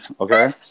Okay